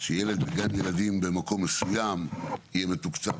שילד בגן ילדים במקום מסוים יהיה מתוקצב